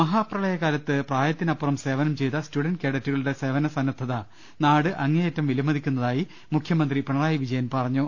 മഹാപ്രളയകാലത്ത് പ്രായത്തിനപ്പുറം സേവനം ചെയ്ത സ്റ്റുഡന്റ് കേഡറ്റുകളുടെ സേവന സന്നദ്ധത നാട്ട് അങ്ങേയറ്റം വിലമതിക്കുന്നതായി മുഖ്യമന്ത്രി പിണറായി വിജയൻ പറഞ്ഞു